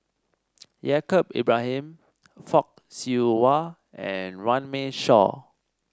Yaacob Ibrahim Fock Siew Wah and Runme Shaw